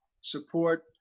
support